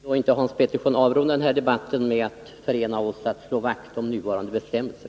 Herr talman! Kunde vi inte, Hans Petersson, avrunda den här debatten med att förena oss i en önskan om att slå vakt om nuvarande bestämmelser?